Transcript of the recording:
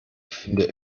finde